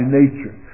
nature